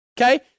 okay